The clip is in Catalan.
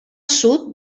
sud